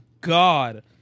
God